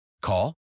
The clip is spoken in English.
Call